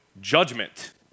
judgment